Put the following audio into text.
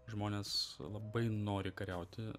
žmonės labai nori kariauti